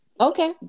Okay